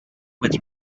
with